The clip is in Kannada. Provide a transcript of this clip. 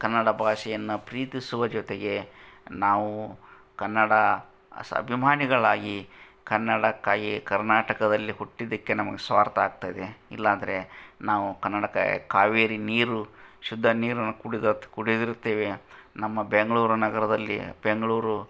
ಕನ್ನಡ ಭಾಷೆಯನ್ನು ಪ್ರೀತಿಸುವ ಜೊತೆಗೆ ನಾವು ಕನ್ನಡ ಸ ಅಭಿಮಾನಿಗಳಾಗಿ ಕನ್ನಡಕ್ಕಾಗಿ ಕರ್ನಾಟಕದಲ್ಲಿ ಹುಟ್ಟಿದ್ದಕ್ಕೆ ನಮ್ಗೆ ಸ್ವಾರ್ಥ ಆಗ್ತಾ ಇದೆ ಇಲ್ಲಾಂದರೆ ನಾವು ಕನ್ನಡಕ್ಕೆ ಕಾವೇರಿ ನೀರು ಶುದ್ಧ ನೀರನ್ನು ಕುಡಿದಾತ್ ಕುಡಿದಿರುತ್ತೇವೆ ನಮ್ಮ ಬೆಂಗಳೂರು ನಗರದಲ್ಲಿ ಬೆಂಗಳೂರು